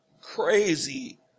crazy